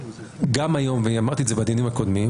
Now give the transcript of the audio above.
גם היום ואמרתי את זה בדיונים הקודמים